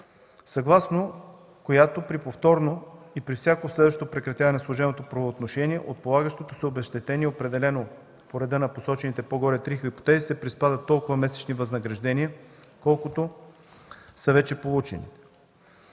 съгласно която при повторно и при всяко следващо прекратяване на служебното правоотношение от полагащото се обезщетение, определено по реда на посочените по-горе три хипотези, се приспадат толкова месечни възнаграждения, колкото вече са получени.